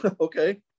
okay